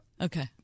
Okay